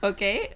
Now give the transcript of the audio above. Okay